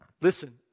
Listen